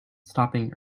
stopping